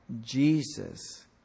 Jesus